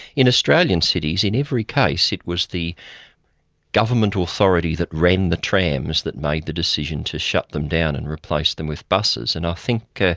in australian cities, in every case, it was the government authority that ran the trams that made the decision to shut them down and replace them with buses, and i think, ah